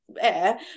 air